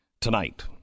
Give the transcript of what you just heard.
tonight